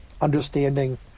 understanding